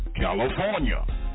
California